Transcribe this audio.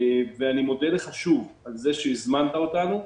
אני מודה לך שוב על כך שהזמנת אותנו.